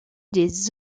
des